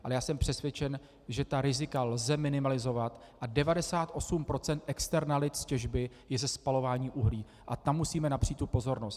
Ale já jsem přesvědčen, že ta rizika lze minimalizovat, a 98 % externalit z těžby je ze spalování uhlí a tam musíme napřít pozornost.